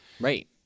Right